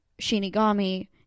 Shinigami